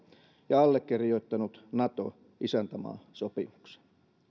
ja allekirjoittanut nato isäntämaasopimuksen